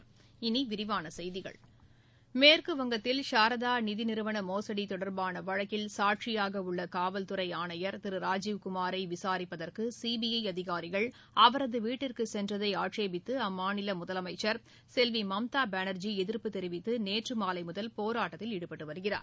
இனி விரிவான செய்திகள் மேற்குவங்கத்தில் சாராத நிதி நிறுவன மோசடி தொடர்பான வழக்கில் சாட்சியாக உள்ள காவல்துறை ஆணையர் திரு ராஜீவ்குமார் விசாரிப்பதற்கு சிபிஐ அதிகாரிகள் அவரது வீட்டிற்கு சென்றதை ஆட்சேபித்து அம்மாநில முதலமைச்சள் செல்வி மம்தா பானா்ஜி எதிா்ப்பு தெிவித்து நேற்று மாலை முதல் போராட்டத்தில் ஈடுபட்டு வருகிறார்